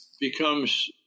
becomes